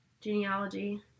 genealogy